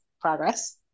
progress